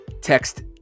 Text